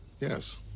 Yes